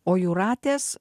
o jūratės